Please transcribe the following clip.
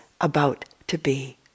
about-to-be